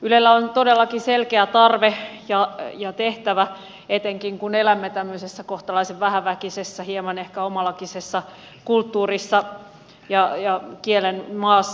ylelle on todellakin selkeä tarve ja sillä on tehtävänsä etenkin kun elämme tämmöisessä kohtalaisen vähäväkisessä hieman ehkä omalakisessa kulttuurissa ja oman kielen maassa